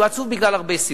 הוא עצוב מהרבה סיבות.